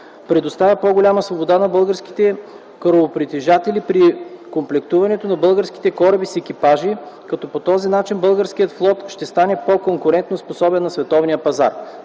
предоставя по-голяма свобода на българските корабопритежатели при комплектуването на българските кораби с екипажи, като по този начин българският флот ще стане по-конкурентоспособен на световния пазар.